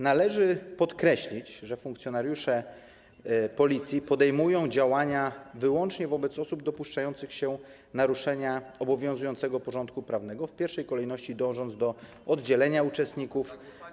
Należy podkreślić, że funkcjonariusze Policji podejmują działania wyłącznie wobec osób dopuszczających się naruszenia obowiązującego porządku prawnego, w pierwszej kolejności dążąc do oddzielenia uczestników.